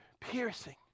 Piercing